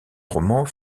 romans